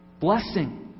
Blessing